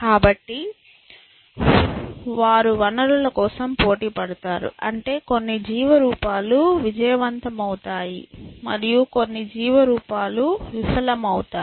కాబట్టి వారు వనరుల కోసం పోటీపడతారు అంటే కొన్ని జీవ రూపాలు విజయవంతమవుతాయి మరియు కొన్ని జీవ రూపాలు విఫలమవుతాయి